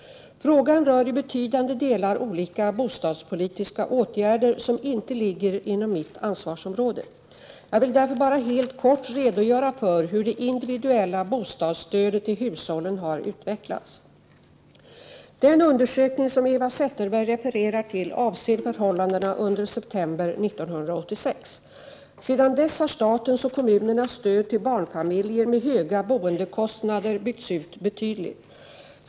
Frågan rör i betydande delar olika bostadspolitiska åtgärder, som inte ligger inom mitt ansvarsområde. Jag vill därför bara helt kort redogöra för hur det individuella bostadsstödet till hushållen har utvecklats. Den undersökning som Eva Zetterberg refererar till avser förhållandena under september 1986. Sedan dess har statens och kommunernas stöd till barnfamiljer med höga boendekostnader byggts ut betydligt.